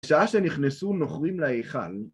‫בשעה שנכנסו נוכלים להיכל